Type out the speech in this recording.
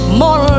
more